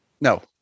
No